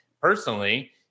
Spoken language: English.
personally